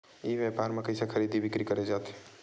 ई व्यापार म कइसे खरीदी बिक्री करे जाथे?